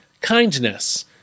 kindness